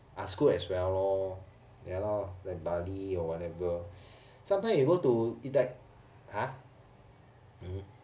ah scoot as well lor ya lor like buddy or whatever sometimes you go to li~ !huh!